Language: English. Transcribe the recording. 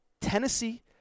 Tennessee